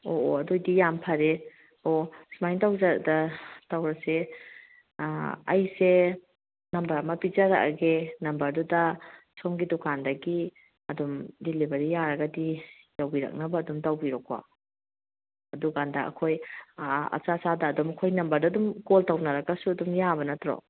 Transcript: ꯑꯣ ꯑꯣ ꯑꯗꯨ ꯑꯣꯏꯗꯤ ꯌꯥꯝ ꯐꯔꯦ ꯑꯣ ꯁꯨꯃꯥꯏ ꯇꯧꯔꯁꯦ ꯑꯩꯁꯦ ꯅꯝꯕꯔ ꯑꯃ ꯄꯤꯖꯔꯛꯑꯒꯦ ꯅꯝꯕꯔꯗꯨꯗ ꯁꯣꯝꯒꯤ ꯗꯨꯀꯥꯟꯗꯒꯤ ꯑꯗꯨꯝ ꯗꯤꯂꯤꯚꯔꯤ ꯌꯥꯔꯒꯗꯤ ꯇꯧꯕꯤꯔꯛꯅꯕ ꯑꯗꯨꯝ ꯇꯧꯕꯤꯔꯣꯀꯣ ꯑꯗꯨꯀꯥꯟꯗ ꯑꯩꯈꯣꯏ ꯑꯆꯥ ꯆꯥꯗ ꯑꯗꯨꯝ ꯑꯩꯈꯣꯏ ꯅꯝꯕꯔꯗ ꯑꯗꯨꯝ ꯀꯣꯜ ꯇꯧꯅꯔꯒꯁꯨ ꯑꯗꯨꯝ ꯌꯥꯕ ꯅꯠꯇ꯭ꯔꯣ